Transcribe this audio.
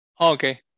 Okay